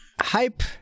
hype